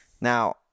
Now